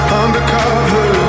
undercover